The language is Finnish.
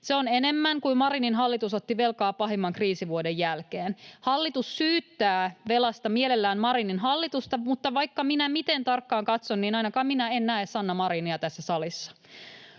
Se on enemmän kuin Marinin hallitus otti velkaa pahimman kriisivuoden jälkeen. Hallitus syyttää velasta mielellään Marinin hallitusta, mutta vaikka minä miten tarkkaan katson, niin ainakaan minä en näe Sanna Marinia tässä salissa.